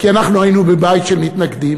כי אנחנו היינו בבית של מתנגדים,